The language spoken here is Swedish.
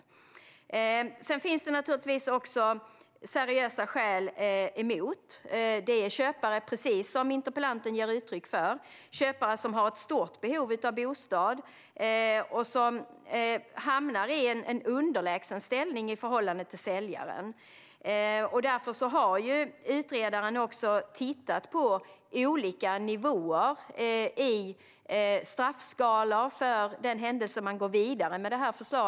Sedan finns det naturligtvis också seriösa skäl emot. Det gäller köpare, precis som interpellanten ger uttryck för, som har ett stort behov av en bostad och som hamnar i en underlägsen ställning i förhållande till säljaren. Därför har utredaren också tittat på olika nivåer i straffskalan för den händelse man går vidare med detta förslag.